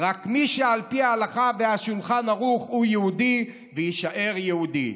רק מי שעל פי ההלכה והשולחן ערוך הוא יהודי ויישאר יהודי.